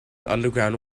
underground